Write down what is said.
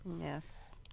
Yes